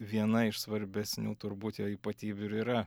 viena iš svarbesnių turbūt jo ypatybių ir yra